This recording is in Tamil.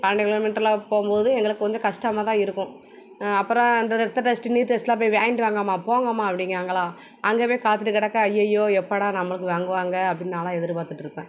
பன்ரெண்டு கிலோமீட்டரில் போகும்போது எங்களுக்கு கொஞ்சம் கஸ்டமாக தான் இருக்கும் அப்புறம் அந்த ரத்த டெஸ்ட்டு நீர் டெஸ்ட்டெலாம் போய் வாங்கிட்டு வாங்கம்மா போங்கம்மா அப்படிங்கிறாங்களா அங்கே போய் காத்துகிட்டு கடக்க அய்யய்யோ எப்போடா நம்மளுக்கு வாங்குவாங்க அப்படின்னு நானெலாம் எதிர்பார்த்துட்ருப்பேன்